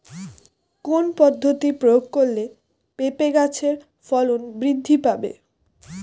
কোন পদ্ধতি প্রয়োগ করলে পেঁপে গাছের ফলন বৃদ্ধি পাবে?